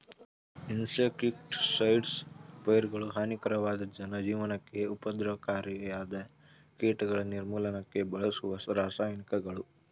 insecticides ಪೈರುಗಳಿಗೆ ಹಾನಿಕಾರಕವಾದ ಜನಜೀವನಕ್ಕೆ ಉಪದ್ರವಕಾರಿಯಾದ ಕೀಟಗಳ ನಿರ್ಮೂಲನಕ್ಕೆ ಬಳಸುವ ರಾಸಾಯನಿಕಗಳು